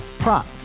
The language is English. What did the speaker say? Prop